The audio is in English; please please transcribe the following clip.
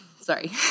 Sorry